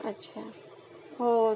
अच्छा हो